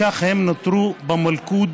וכך הם נותרים במלכוד